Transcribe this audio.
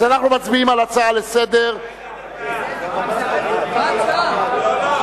אז אנחנו מצביעים על הצעה לסדר-היום, רגע, רגע,